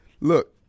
Look